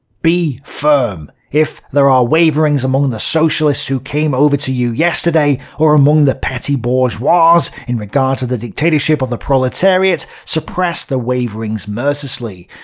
be firm. if there are waverings among and the socialists who came over to you yesterday, or among the petty bourgeois, in regard to the dictatorship of the proletariat, suppress the waverings mercilessly.